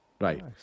Right